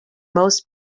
most